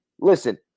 Listen